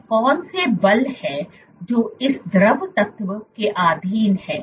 वे कौन से बल हैं जो इस द्रव तत्व के अधीन हैं